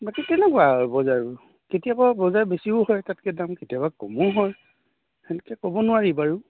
বাকী তেনেকুৱাই আৰু বজাৰবোৰ কেতিয়াবা বজাৰ বেছিও হয় তাতকে দাম কেতিয়াবা কমো হয় তেনেকে ক'ব নোৱাৰি বাৰু